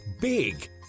big